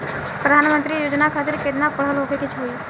प्रधानमंत्री योजना खातिर केतना पढ़ल होखे के होई?